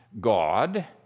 God